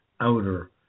outer